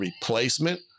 replacement